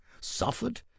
Suffered